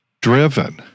driven